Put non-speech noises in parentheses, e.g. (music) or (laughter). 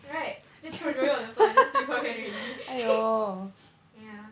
right just throw joey on the floor and just pick her can already (laughs) yeah